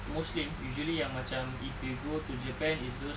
muslims usually yang macam if you go japan is those